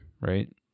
Right